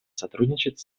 сотрудничать